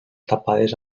tapades